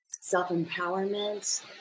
self-empowerment